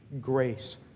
grace